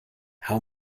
how